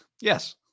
Yes